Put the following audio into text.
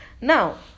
Now